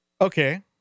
Okay